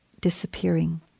disappearing